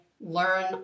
learn